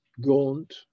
gaunt